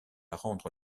rendre